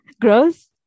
Gross